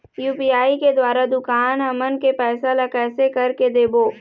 UPI के द्वारा दुकान हमन के पैसा ला कैसे कर के देबो?